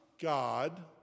god